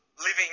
living